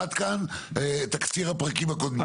עד כאן תקציר הפרקים הקודמים.